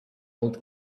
old